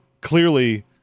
clearly